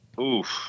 Oof